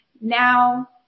Now